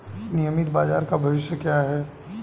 नियमित बाजार का भविष्य क्या है?